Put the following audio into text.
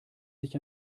sich